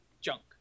junk